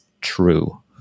true